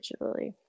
digitally